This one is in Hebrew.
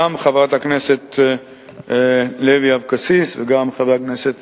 גם חברת הכנסת לוי אבקסיס וגם חבר הכנסת